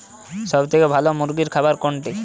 সবথেকে ভালো মুরগির খাবার কোনটি?